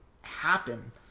happen